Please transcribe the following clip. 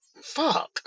Fuck